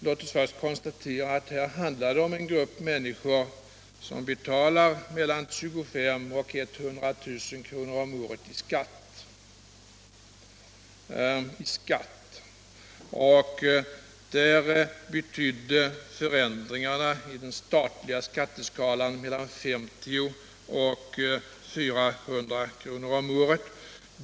Låt oss först konstatera att det här handlar om en grupp människor som betalar mellan 25 000 och 100 000 kr. om året i skatt — i skatt! För dem betydde förändringarna i den statliga skatteskalan mellan 50 och 400 kr. om året.